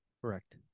Correct